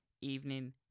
evening